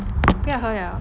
ya 不要喝了